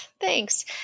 Thanks